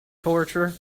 torture